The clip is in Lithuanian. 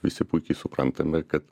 visi puikiai suprantame kad